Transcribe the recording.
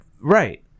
right